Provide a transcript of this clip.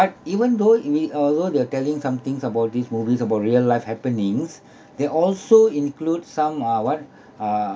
even though it may uh over they are telling somethings about these movies about real life happenings they also include some uh what uh